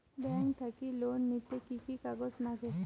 Bank থাকি loan নিতে কি কি কাগজ নাগে?